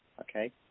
okay